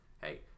Hey